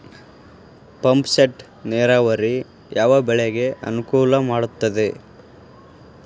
Pump set ನೇರಾವರಿ ಯಾವ್ ಬೆಳೆಗೆ ಅನುಕೂಲ ಮಾಡುತ್ತದೆ?